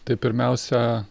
tai pirmiausia